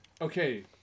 Okay